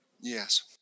Yes